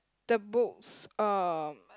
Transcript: the books um